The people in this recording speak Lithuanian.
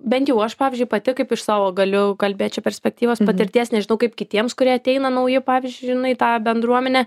bent jau aš pavyzdžiui pati kaip iš savo galiu kalbėt čia perspektyvos patirties nežinau kaip kitiems kurie ateina nauji pavyzdžiui žinai tą bendruomenę